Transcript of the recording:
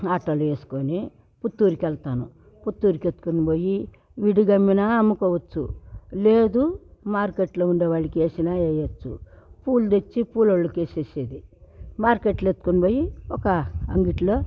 ఆటోలో వేసుకుని పుత్తూరుకు వెళ్తాను పుత్తూరుకెత్తుకుపోయి విడిగా అమ్మినా అమ్ముకోవచ్చు లేదు మార్కెట్లో ఉండేవాళ్ళకి వేసిన వేయొచ్చు పూలు తెచ్చి పూలోళ్ళకి వేసేసేది మార్కెట్లో ఎత్తుకుని పోయి ఒక అంగట్లో